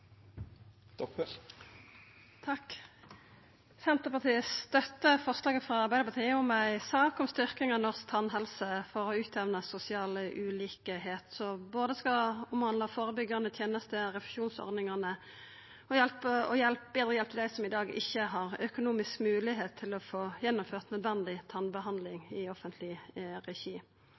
Senterpartiet støttar representantforslaget frå Arbeidarpartiet om ei sak om styrking av norsk tannhelse for å utjamna sosiale ulikheiter, som skal omhandla både førebyggjande tenester, refusjonsordningane og betre hjelp til dei som i dag ikkje har økonomisk moglegheit til å få gjennomført nødvendig tannbehandling i offentleg regi.